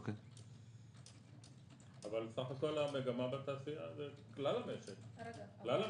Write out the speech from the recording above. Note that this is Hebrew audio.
אבל סך המגמה בתעשייה זה כלל המשק שלנו.